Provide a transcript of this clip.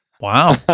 Wow